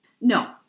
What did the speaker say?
No